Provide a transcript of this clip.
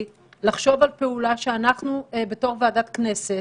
לחשוב על פעולה שאנחנו בתור ועדת כנסת